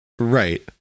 Right